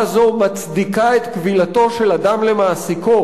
זו מצדיקה את כבילתו של אדם למעסיקו,